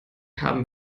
haben